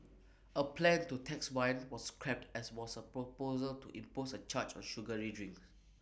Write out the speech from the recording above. A plan to tax wine was scrapped as was A proposal to impose A charge on sugary drinks